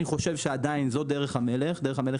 אני חושב שזאת דרך המלך דרך המלך